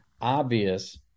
Obvious